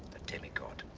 a demigod.